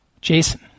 Jason